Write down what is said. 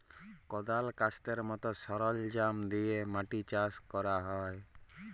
কদাল, ক্যাস্তের মত সরলজাম দিয়ে মাটি চাষ ক্যরা হ্যয়